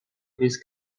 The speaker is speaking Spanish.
gris